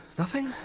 nothing?